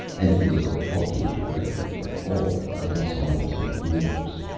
and he was a walking directory of all the glass arms in the universe.